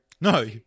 No